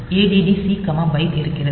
ADD C byte இருக்கிறது